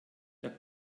der